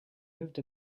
moved